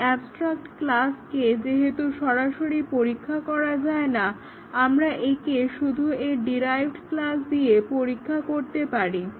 তাই এ্যবস্ট্রাক্ট ক্লাসকে যেহেতু সরাসরি পরীক্ষা করা যায় না আমরা একে শুধু এর ডিরাইভড্ ক্লাস দিয়ে পরীক্ষা করতে পারি